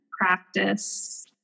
practice